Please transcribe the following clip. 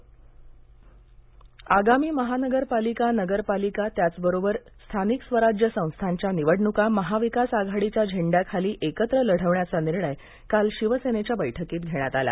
निवडणुका आगामी महानगरपालिका नगरपालिका त्याचबरोबर स्थानिक स्वराज्य संस्थांच्या निवडणुका महाविकास आघाडीच्या झेंड्याखाली एकत्र लढवण्याचा निर्णय काल शिवसेनेच्या बैठकीत घेण्यात आला